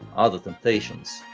are the temptations,